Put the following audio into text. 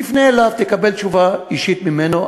תפנה אליו, תקבל תשובה אישית ממנו.